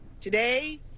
Today